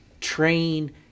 train